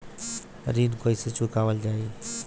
ऋण कैसे चुकावल जाई?